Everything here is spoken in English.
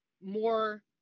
more